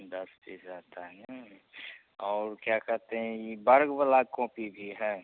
दस पीस रहते हैं और क्या कहते हैं यह वर्ग वाली कॉपी भी है